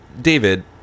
David